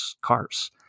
cars